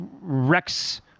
Rex